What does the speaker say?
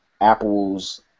Apple's